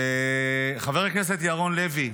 חבר הכנסת ירון לוי,